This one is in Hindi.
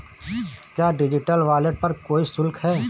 क्या डिजिटल वॉलेट पर कोई शुल्क है?